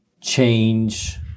change